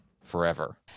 forever